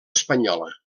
espanyola